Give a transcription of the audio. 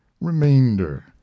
remainder